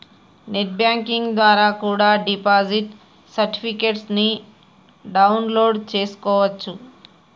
net banking ద్వారా కూడా deposit certificates ని డౌన్ లోడ్ చేస్కోవచ్చు